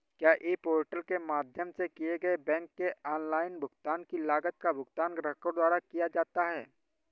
क्या e portal के माध्यम से किए गए बैंक के ऑनलाइन भुगतान की लागत का भुगतान ग्राहकों द्वारा किया जाता है?